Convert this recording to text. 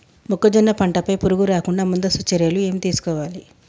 మొక్కజొన్న పంట పై పురుగు రాకుండా ముందస్తు చర్యలు ఏం తీసుకోవాలి?